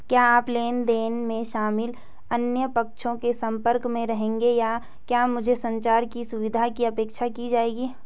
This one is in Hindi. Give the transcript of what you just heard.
क्या आप लेन देन में शामिल अन्य पक्षों के संपर्क में रहेंगे या क्या मुझसे संचार की सुविधा की अपेक्षा की जाएगी?